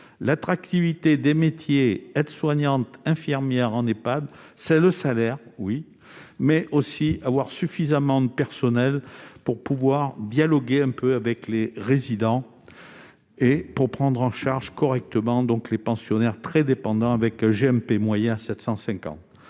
L'attractivité des métiers d'aides-soignants et d'infirmiers en Ehpad, c'est le salaire, mais aussi un nombre suffisant de personnels pour pouvoir dialoguer un peu avec les résidents et prendre en charge correctement les pensionnaires très dépendants avec un GMP moyen à 750.